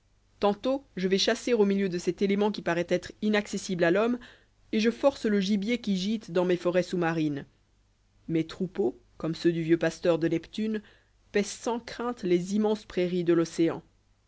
tantôt je vais chasser au milieu de cet élément qui paraît être inaccessible à l'homme et je force le gibier qui gîte dans mes forêts sous-marines mes troupeaux comme ceux du vieux pasteur de neptune paissent sans crainte les immenses prairies de l'océan